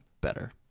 better